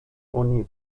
oni